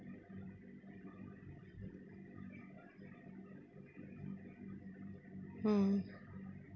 mm